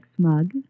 smug